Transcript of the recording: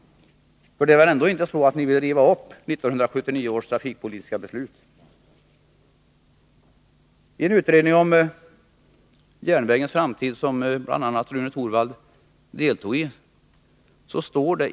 Ni vill väl ändå inte riva upp 1979 års trafikpolitiska beslut? En utredning har gjorts om järnvägens framtid. Bl. a. Rune Torwald deltogiden.